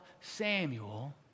Samuel